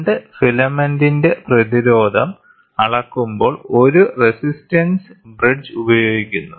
2 ഫിലമെന്റിന്റെ പ്രതിരോധം അളക്കുമ്പോൾ ഒരു റെസിസ്റ്റൻസ് ബ്രിഡ്ജ് ഉപയോഗിക്കുന്നു